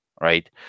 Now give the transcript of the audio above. right